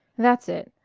that's it.